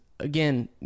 again